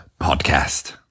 Podcast